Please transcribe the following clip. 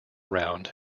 around